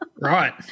Right